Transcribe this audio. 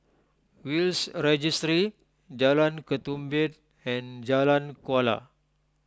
Will's Registry Jalan Ketumbit and Jalan Kuala